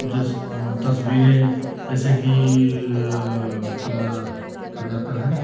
जिस तस्वीरें जैसे की क्या कहा जाता है